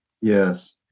Yes